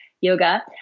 yoga